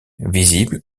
visible